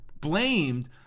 blamed